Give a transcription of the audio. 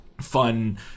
fun